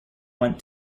went